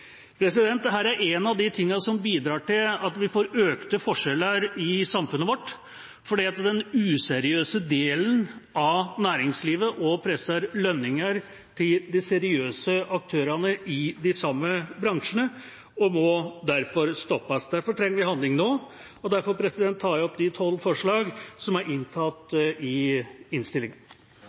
en av de tingene som bidrar til at vi får økte forskjeller i samfunnet vårt, fordi den useriøse delen av næringslivet også presser lønningene til de seriøse aktørene i de samme bransjene og må derfor stoppes. Derfor trenger vi handling nå. Derfor tar jeg opp de tolv forslag som er inntatt i innstillinga.